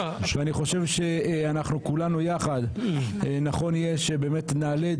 אנחנו כולנו יחד נכון יהיה שבאמת נעלה את